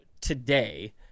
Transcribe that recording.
today